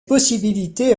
possibilités